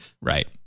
Right